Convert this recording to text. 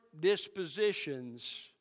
dispositions